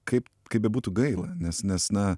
kaip kaip bebūtų gaila nes nes na